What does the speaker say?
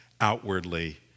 outwardly